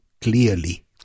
clearly